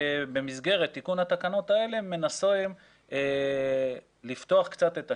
במסגרת תיקון התקנות האלה אנחנו מנסים לפתוח קצת את השק,